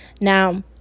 Now